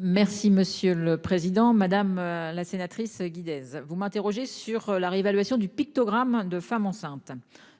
Merci monsieur le président, madame la sénatrice Guy Days vous m'interrogez sur la réévaluation du pictogramme de femme enceinte